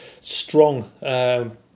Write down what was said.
strong